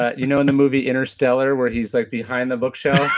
ah you know in the movie interstellar where he's like behind the bookshelf,